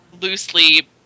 loosely